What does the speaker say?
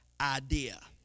idea